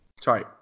Sorry